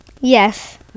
Yes